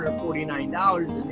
forty nine dollars,